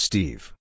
Steve